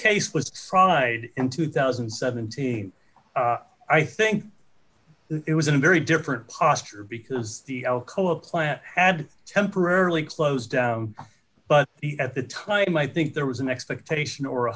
case was tried in two thousand and seventeen i think it was in a very different posture because the alcoa plant had temporarily closed down but at the time i think there was an expectation or